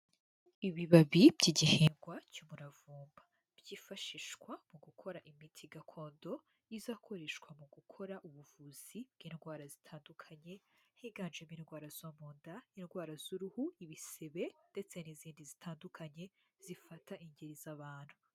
Ibibabi by'igihingwa cy'uburavumba byifashishwa mu gukora imiti gakondo izakoreshwa mu gukora ubuvuzi bw'indwara zitandukanye higanjemo indwara zo munda, indwara z'uruhu, ibisebe ndetse n'izindi zitandukanye zifata ingeri z'abantu.